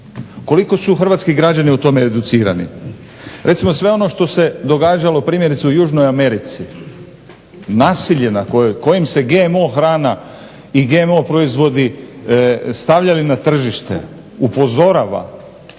Koliko su hrvatski građani o tome educirani. Recimo sve ono što se događalo primjerice u Južnoj Americi, nasilje nad kojim se GMO hrana i GMO proizvodi stavljaju na tržište upozorava